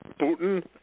Putin